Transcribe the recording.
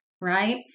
right